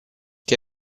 che